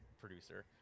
producer